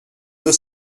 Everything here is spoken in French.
deux